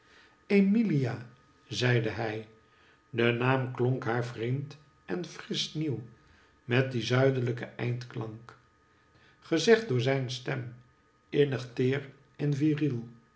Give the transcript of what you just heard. emilia zeide hij de naam klonk haar vreemd en frisch nieuw met dien zuidelijken eindklank gezegd door zijn stem innig teer en viriel